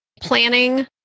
planning